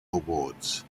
awards